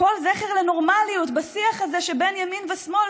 ונעלם כל זכר לנורמליות בשיח הזה שבין ימין ושמאל,